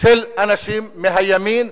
של אנשים מהימין,